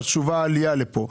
חשובה העלייה לכאן.